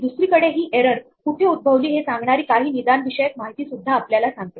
दुसरीकडे ही एरर कुठे उद्भवली हे सांगणारी काही निदान विषयक माहिती सुद्धा आपल्याला सांगते